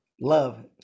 Love